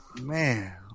Man